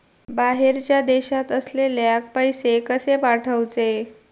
बाहेरच्या देशात असलेल्याक पैसे कसे पाठवचे?